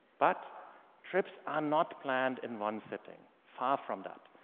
but trips are not planned in one sitting, far from that.